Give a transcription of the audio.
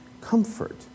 comfort